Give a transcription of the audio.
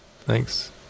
Thanks